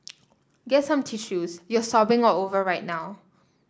get some tissues you're sobbing all over right now